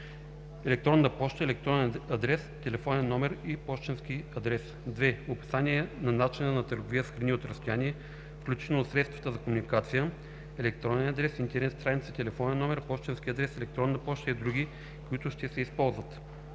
електронна поща, електронен адрес, телефонен номер и пощенски адрес; 2. описание на начина на търговия с храни от разстояние, включително средствата за комуникация: електронен адрес, интернет страница, телефонен номер, пощенски адрес, електронна поща и други, които ще се използват;